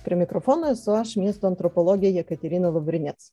prie mikrofono esu aš miesto antropologė jekaterina lavrinėc